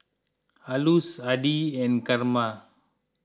Alois Addie and Karma